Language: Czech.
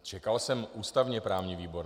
Čekal jsem ústavněprávní výbor.